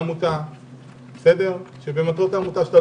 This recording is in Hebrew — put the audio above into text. בעיני זה מקביל לעמותה שבמטרות העמותה לא